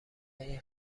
این